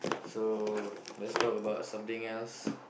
so lets talk about something else